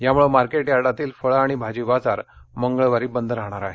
यामुळे मार्केट यार्डातील फळ आणि भाजी बाजार मंगळवारी बंद राहणार आहे